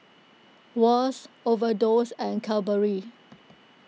Wall's Overdose and Cadbury